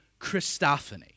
Christophany